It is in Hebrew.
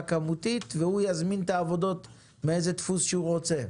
כמותית והוא יזמין את העבודות באיזה דפוס שהוא רוצה.